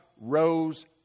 rose